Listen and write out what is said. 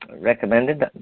recommended